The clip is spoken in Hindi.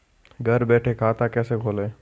घर बैठे खाता कैसे खोलें?